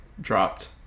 dropped